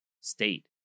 state